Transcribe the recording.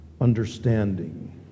understanding